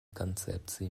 концепции